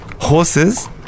horses